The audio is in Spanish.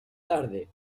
tarde